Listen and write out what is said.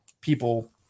people